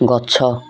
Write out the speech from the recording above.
ଗଛ